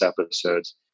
episodes